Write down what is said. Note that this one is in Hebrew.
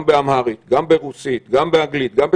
גם באמהרית, גם ברוסית, גם באנגלית, גם בצרפתית.